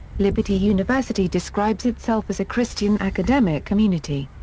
liberty university describes itself as a christian academic community.